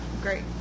Great